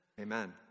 Amen